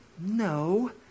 No